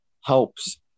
helps